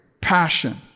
Passion